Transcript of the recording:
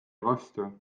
vastu